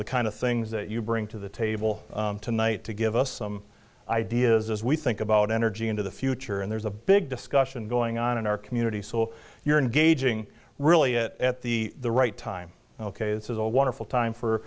the kind of things that you bring to the table tonight to give us some ideas as we think about energy into the future and there's a big discussion going on in our community so you're engaging really it at the right time ok it's a wonderful time for